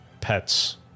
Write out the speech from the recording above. pets